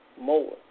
more